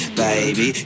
baby